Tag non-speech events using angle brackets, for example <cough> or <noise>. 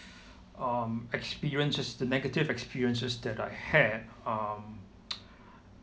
um experiences the negative experiences that I had um <noise>